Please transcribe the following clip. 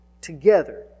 together